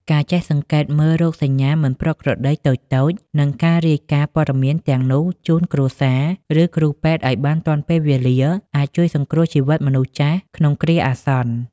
ការចេះសង្កេតមើលរោគសញ្ញាមិនប្រក្រតីតូចៗ និងការរាយការណ៍ព័ត៌មានទាំងនោះជូនគ្រួសារ ឬគ្រូពេទ្យឱ្យបានទាន់ពេលវេលា អាចជួយសង្គ្រោះជីវិតមនុស្សចាស់ក្នុងគ្រាអាសន្ន។